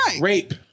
Rape